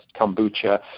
kombucha